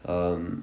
um